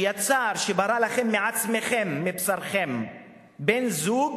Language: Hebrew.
שיצר, שברא לכם מעצמכם-מבשרכם בן-זוג